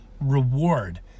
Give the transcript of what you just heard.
reward